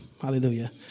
Hallelujah